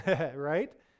right